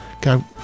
go